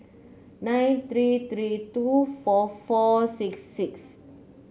nine three three two four four six six